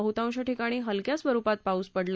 बह्तांश ठिकाणी हलक्या स्वरूपात पाऊस पडला